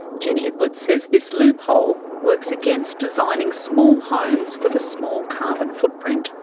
jenny edwards says this loophole works against designing small homes with a small carbon footprint.